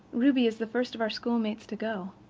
ruby is the first of our schoolmates to go.